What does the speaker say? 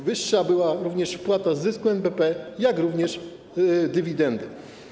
Wyższa była również wpłata z zysku NBP, jak również dywidendy.